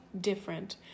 different